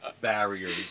barriers